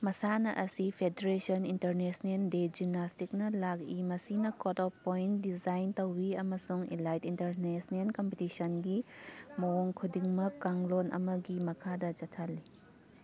ꯃꯁꯥꯟꯅ ꯑꯁꯤ federation international de ꯖꯤꯝꯅꯥꯁꯇꯤꯛꯅ ꯂꯥꯛꯏ ꯃꯁꯤꯅ ꯀꯣꯗ ꯑꯣꯐ ꯄꯣꯏꯟꯠ ꯗꯤꯖꯥꯏꯟ ꯇꯧꯋꯤ ꯑꯃꯁꯨꯡ ꯏꯂꯥꯏꯠ ꯏꯟꯇꯔꯅꯦꯁꯅꯦꯜ ꯀꯝꯄꯤꯇꯤꯁꯟꯒꯤ ꯃꯑꯣꯡ ꯈꯨꯗꯤꯡꯃꯛ ꯀꯥꯡꯂꯣꯟ ꯑꯃꯒꯤ ꯃꯈꯥꯗ ꯆꯊꯍꯜꯂꯤ